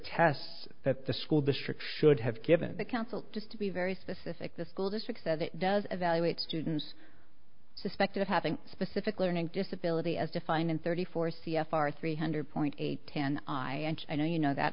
tests that the school district should have given the council just to be very specific the school district says it does evaluate students suspected of having a specific learning disability as defined in thirty four c f r three hundred point eight ten i know you know that